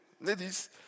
ladies